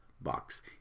Box